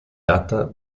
data